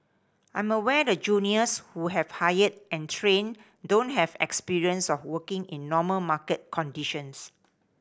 I'm aware the juniors who we have hired and trained don't have experience of working in normal market conditions